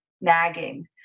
nagging